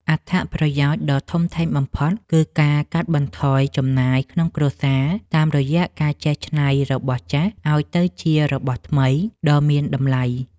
អត្ថប្រយោជន៍ដ៏ធំធេងបំផុតគឺការកាត់បន្ថយចំណាយក្នុងគ្រួសារ តាមរយៈការចេះច្នៃរបស់ចាស់ឱ្យទៅជារបស់ថ្មីដ៏មានតម្លៃ។